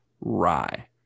rye